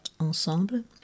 Ensemble